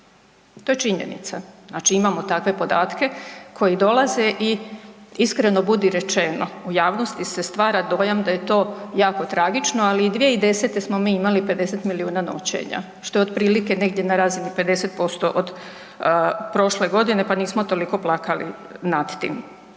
To je činjenica, znači imamo takve podatke koji dolaze i iskreno budi rečeno, u javnosti se stvara dojam da je to jako tragično ali i 2010. smo mi imali 50 milijuna noćenja što je otprilike negdje na razini 50% od prošle godine pa nismo toliko plakali nad tim.